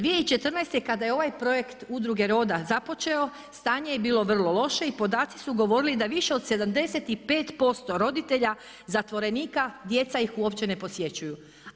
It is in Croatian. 2014. kada je ovaj projekt udruge RODA započeo, stanje je bilo vrlo loše i podaci su govorili da više od 75% roditelja zatvorenika, djeca ih uopće ne posjećuju.